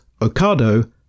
Ocado